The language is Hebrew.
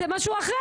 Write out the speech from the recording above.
זה משהו אחר.